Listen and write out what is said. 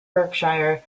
berkshire